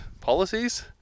policies